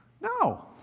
No